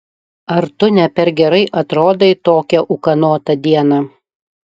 ar tu ne per gerai atrodai tokią ūkanotą dieną